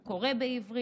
הוא קורא בעברית,